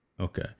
Okay